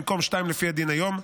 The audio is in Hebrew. במקום שתיים לפי הדין היום.